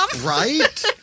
Right